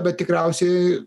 bet tikriausiai